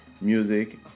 music